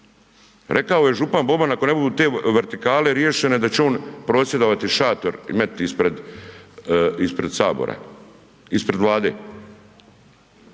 Rekao je župan Boban ako ne budu te vertikale riješene da će on prosvjedovati, šator i metniti ispred sabora, ispred Vlade.